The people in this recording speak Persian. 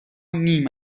نیم